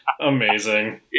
Amazing